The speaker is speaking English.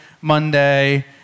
Monday